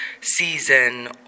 season